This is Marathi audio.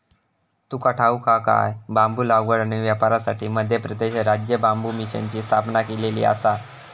तुका ठाऊक हा काय?, बांबू लागवड आणि व्यापारासाठी मध्य प्रदेशात राज्य बांबू मिशनची स्थापना केलेली आसा